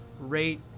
rate